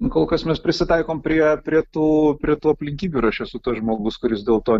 nu kol kas mes prisitaikom prie prie tų prie tų aplinkybių ir aš esu tas žmogus kuris dėl to